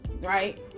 right